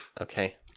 Okay